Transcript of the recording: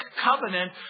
covenant